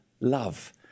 love